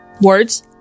words